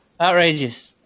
Outrageous